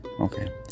okay